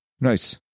Nice